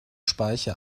speiche